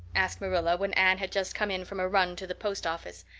asked marilla, when anne had just come in from a run to the post office.